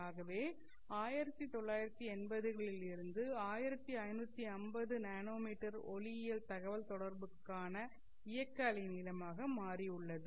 ஆகவே 1980 களில் இருந்து 1550 என்எம் ஒளியியல் தகவல்தொடர்புக்கான இயக்க அலை நீளமாக மாறியுள்ளது